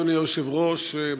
אדוני היושב-ראש,